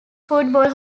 football